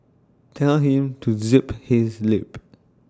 tell him to zip his lip